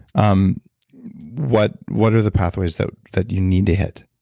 um what what are the pathways that that you need to hit?